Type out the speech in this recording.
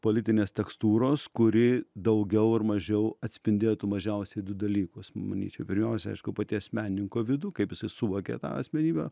politinės tekstūros kuri daugiau ar mažiau atspindėtų mažiausiai du dalykus manyčiau pirmiausia aišku paties menininko vidų kaip jisai suvokė tą asmenybę